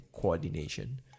coordination